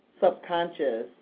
subconscious